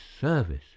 service